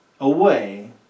away